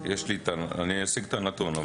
אשיג את הנתון.